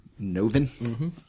Novin